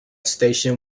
station